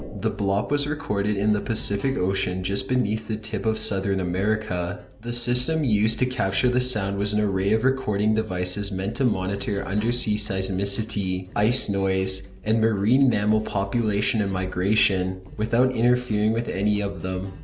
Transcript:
the bloop was recorded in the pacific ocean just beneath the tip of southern america. the system used to capture the sound was an array of recording devices meant to monitor undersea seismicity, ice noise, and marine mammal population and migration, without interfering with any of them.